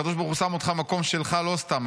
הקדוש ברוך הוא שם אותך במקום שלך לא סתם,